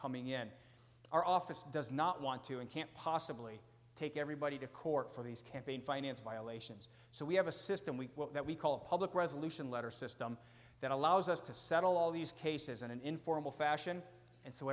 coming in our office does not want to and can't possibly take everybody to court for these campaign finance violations so we have a system we that we call public resolution letter system that allows us to settle all these cases in an informal fashion and so